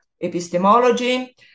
epistemology